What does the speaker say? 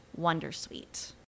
Wondersuite